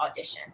auditions